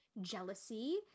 jealousy